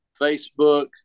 Facebook